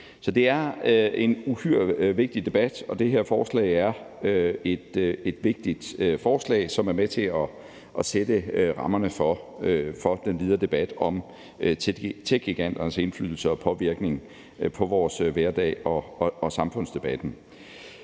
Så det er en uhyre vigtig debat, og det her forslag er et vigtigt forslag, som er med til at sætte rammerne for den videre debat om techgiganternes indflydelse og påvirkning på vores hverdag og på samfundsdebatten.